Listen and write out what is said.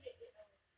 straight eight hours